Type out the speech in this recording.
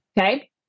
okay